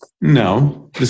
No